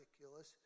ridiculous